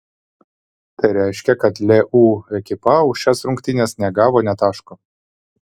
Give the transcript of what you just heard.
tai reiškia kad leu ekipa už šias rungtynes negavo nė taško